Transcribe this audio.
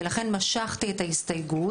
ולכן משכתי את ההסתייגות,